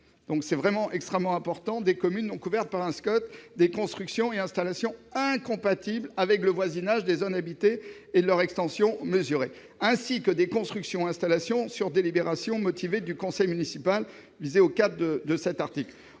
hors des parties urbanisées des communes non couvertes par un SCOT, des constructions et installations incompatibles avec le voisinage des zones habitées et de leur extension mesurée, ainsi que des constructions ou installations, sur délibération motivée du conseil municipal, visées au 4° de l'article